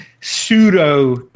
Pseudo